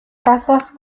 casas